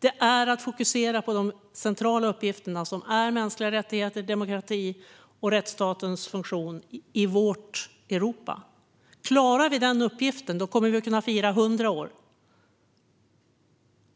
Det är att fokusera på de centrala uppgifterna, som är mänskliga rättigheter, demokrati och rättsstatens funktion i vårt Europa. Klarar vi den uppgiften kommer vi att kunna fira